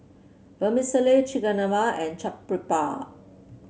Vermicelli Chigenabe and Chaat Papri